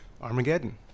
Armageddon